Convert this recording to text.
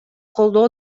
колдоо